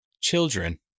children